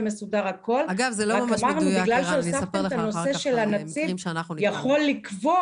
רק אמרנו שבגלל שהוספתם את הנושא שהנציב יכול לקבוע,